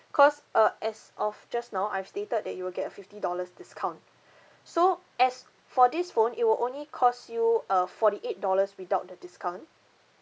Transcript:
cause uh as of just now I've stated that you will get a fifty dollars discount so as for this phone it will only cost you a forty eight dollars without the discount